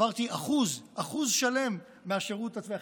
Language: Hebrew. אחוז שלם מהשירות הצבאי,